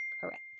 Correct